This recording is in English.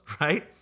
right